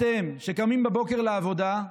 אתם, שקמים בבוקר לעבודה,